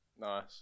Nice